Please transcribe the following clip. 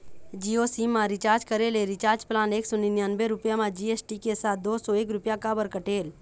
Jio sim मा recharge करे ले रिचार्ज प्लान एक सौ निन्यानबे रुपए मा जी.एस.टी के साथ दो सौ एक रुपया काबर कटेल?